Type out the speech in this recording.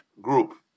group